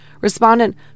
respondent